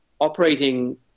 operating